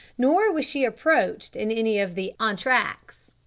nor was she approached in any of the entr'actes.